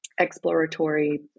exploratory